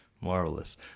Marvelous